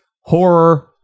Horror